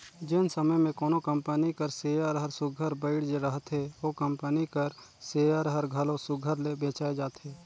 जेन समे में कोनो कंपनी कर सेयर हर सुग्घर बइढ़ रहथे ओ कंपनी कर सेयर हर घलो सुघर ले बेंचाए जाथे